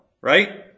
Right